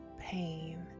pain